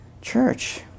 church